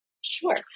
Sure